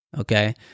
Okay